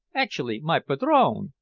actually, my padrone!